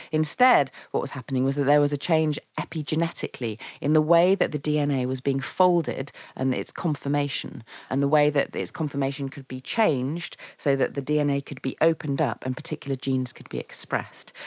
instead what was happening was that there was a change epigenetically in the way that the dna was being folded and its confirmation and the way that its confirmation could be changed so that the dna could be opened up and particular genes could be expressed.